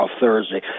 Thursday